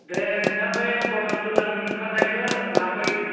दे नोंथां बै प्रताप गोदान ओंखारनायखो लांफै